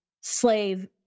slave